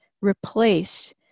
replace